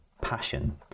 passion